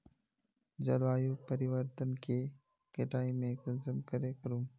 जलवायु परिवर्तन के कटाई में कुंसम करे करूम?